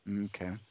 Okay